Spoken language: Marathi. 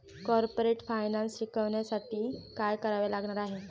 कॉर्पोरेट फायनान्स शिकण्यासाठी काय करावे लागणार आहे?